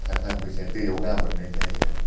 थाखा फैसा दैयाव गाहरनाय जायो आरो